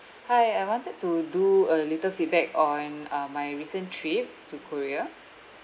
hi I wanted to do a little feedback on uh my recent trip to korea